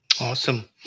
Awesome